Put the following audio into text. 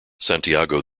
santiago